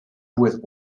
with